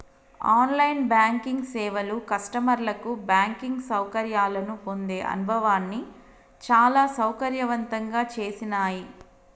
on line banking సేవలు కస్టమర్లకు banking సౌకర్యాలను పొందే అనుభవాన్ని చాలా సౌకర్యవంతంగా చేసినాయ్